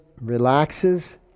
relaxes